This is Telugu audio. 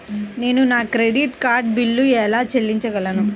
నేను నా క్రెడిట్ కార్డ్ బిల్లును ఎలా చెల్లించగలను?